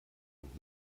und